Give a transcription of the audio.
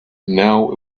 now